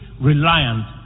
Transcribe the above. reliant